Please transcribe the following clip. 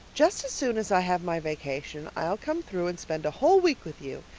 just as soon as i have my vacation i'll come through and spend a whole week with you.